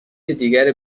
دیگر